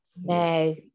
No